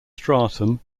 stratum